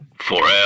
Forever